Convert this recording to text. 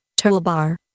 toolbar